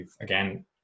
again